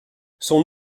son